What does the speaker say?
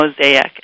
mosaic